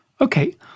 Okay